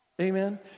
Amen